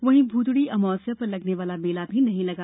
वहीं भूतड़ी अमावस्या पर लगने वाला मेला भी नहीं लगा